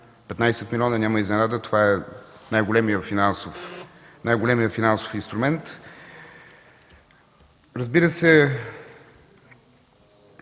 15 милиона, няма изненада, това е най-големият финансов инструмент. Разбира се,